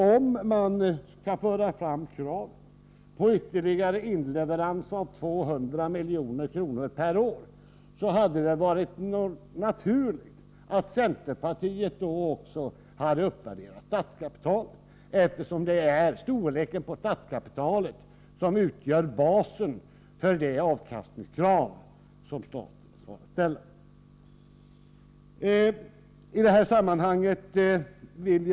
Om man skall föra fram kravet på ytterligare inleverans på 200 milj.kr. per år hade det varit naturligt att centerpartiet då också hade uppvärderat statskapitalet, eftersom det är storleken på statskapitalet som utgör basen för det avkastningskrav som staten ställer.